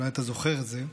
אולי אתה זוכר את זה.